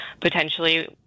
potentially